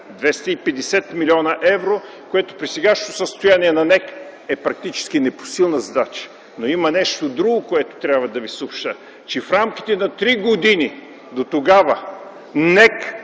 250 млн. евро, които при сегашното състояние на НЕК е практически непосилна задача. Има нещо друго, което трябва да ви съобщя, че в рамките на три години дотогава НЕК